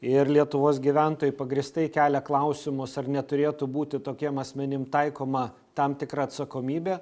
ir lietuvos gyventojai pagrįstai kelia klausimus ar neturėtų būti tokiem asmenim taikoma tam tikra atsakomybė